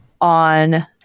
on